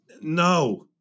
No